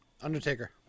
Undertaker